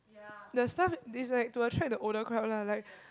the stuff it's like to attract the older crowd lah like